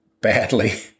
badly